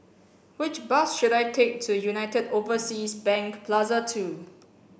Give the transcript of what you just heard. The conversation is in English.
which bus should I take to United Overseas Bank Plaza Two